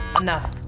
Enough